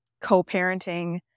co-parenting